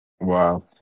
Wow